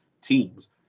teams